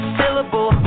syllable